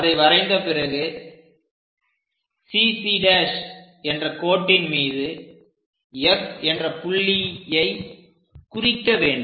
அதை வரைந்த பிறகு CC' என்ற கோட்டின் மீது F என்ற புள்ளியை குறிக்க வேண்டும்